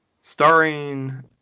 starring